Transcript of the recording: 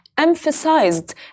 emphasized